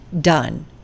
Done